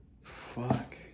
fuck